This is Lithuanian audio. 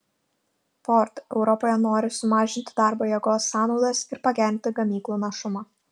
ford europoje nori sumažinti darbo jėgos sąnaudas ir pagerinti gamyklų našumą